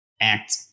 act